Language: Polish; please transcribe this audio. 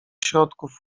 środków